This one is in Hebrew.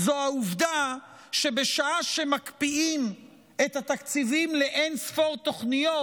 העובדה שבשעה שמקפיאים את התקציבים לאין-ספור תוכניות,